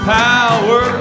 power